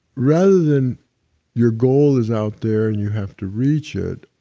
rather than your goal is out there and you have to reach it,